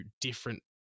different